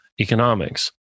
economics